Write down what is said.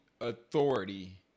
authority